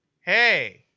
hey